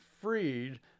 freed